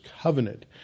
covenant